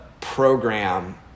program